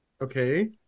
Okay